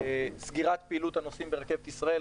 סגירת פעילות הנוסעים ברכבת ישראל.